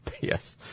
Yes